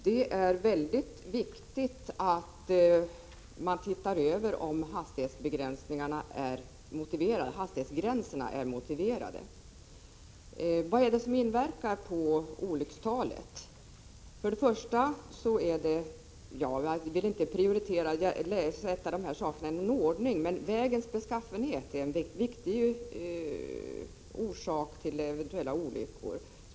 Det är mycket viktigt att man tittar över om hastighetsgränserna är motiverade. Vad är det som inverkar på olyckstalet? Jag vill inte göra någon rangordning, men vägens beskaffenhet är en viktig orsak till olyckor.